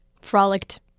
Frolicked